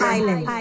Island